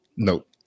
Nope